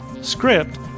script